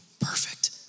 perfect